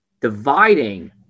dividing